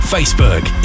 Facebook